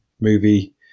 movie